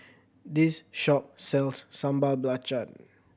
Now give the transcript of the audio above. this shop sells Sambal Belacan